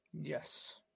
Yes